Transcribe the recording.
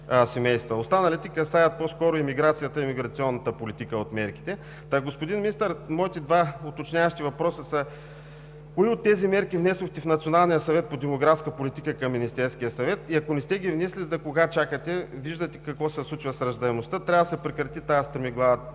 Останалите мерки касаят по-скоро имиграцията и миграционната политика. Господин Министър, моите два уточняващи въпроса са: кои от тези мерки внесохте в Националния съвет по демографска политика към Министерския съвет? Ако не сте ги внесли, за кога чакате? Виждате какво се случва с раждаемостта. Трябва да се прекрати тази стремглава